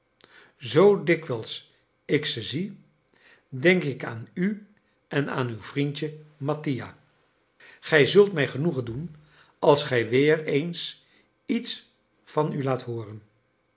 zoo dikwijls ik ze zie denk ik aan u en aan uw vriendje mattia gij zult mij genoegen doen als gij weer eens iets van u laat hooren